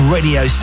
Radio